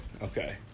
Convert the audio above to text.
Okay